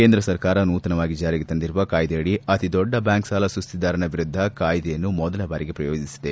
ಕೇಂದ್ರ ಸರ್ಕಾರ ನೂತನವಾಗಿ ಜಾರಿಗೆ ತಂದಿರುವ ಕಾಯ್ವೆಯಡಿ ಅತಿ ದೊಡ್ಡ ಬ್ಲಾಂಕ್ ಸಾಲ ಸುಸ್ತಿದಾರನ ವಿರುದ್ದ ಕಾಯ್ದೆಯನ್ನು ಮೊದಲ ಬಾರಿಗೆ ಪ್ರಯೋಗಿಸಿದೆ